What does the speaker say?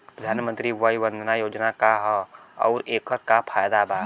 प्रधानमंत्री वय वन्दना योजना का ह आउर एकर का फायदा बा?